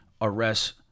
arrest